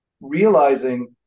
realizing